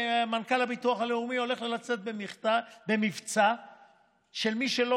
מנכ"ל הביטוח הלאומי הולך לצאת במבצע שמי שלא